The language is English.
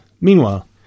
Meanwhile